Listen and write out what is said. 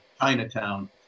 Chinatown